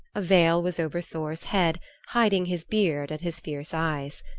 a veil was over thor's head hiding his beard and his fierce eyes.